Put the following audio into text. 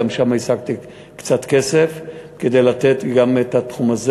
גם שם השגתי קצת כסף כדי לתת גם את התחום הזה